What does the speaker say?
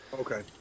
Okay